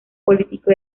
político